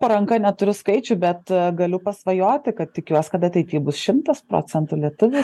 po ranka neturiu skaičių bet galiu pasvajoti kad tikiuos kad ateity bus šimtas procentų lietuvių